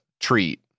treat